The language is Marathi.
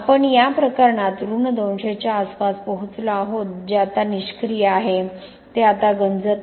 आपण या प्रकरणात ऋण 200 च्या आसपास पोहोचलो आहोत जे आता निष्क्रिय आहे ते आता गंजत नाही